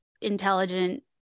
intelligent